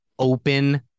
open